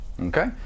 Okay